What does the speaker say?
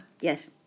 Yes